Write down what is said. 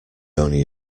only